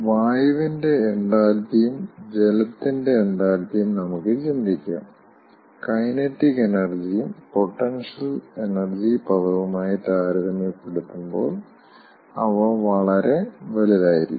വായുവിന്റെ എൻതാൽപ്പിയും ജലത്തിന്റെ എൻതാൽപ്പിയും നമുക്ക് ചിന്തിക്കാം കൈനെറ്റിക് എനർജിയും പോട്ടെൻഷ്യൽ എനർജി പദവുമായി താരതമ്യപ്പെടുത്തുമ്പോൾ അവ വളരെ വലുതായിരിക്കും